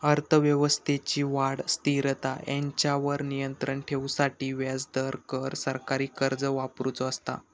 अर्थव्यवस्थेची वाढ, स्थिरता हेंच्यावर नियंत्राण ठेवूसाठी व्याजदर, कर, सरकारी खर्च वापरुचो असता